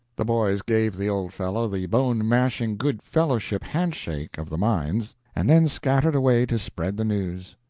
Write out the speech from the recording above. the boys gave the old fellow the bone-mashing good-fellowship handshake of the mines, and then scattered away to spread the news.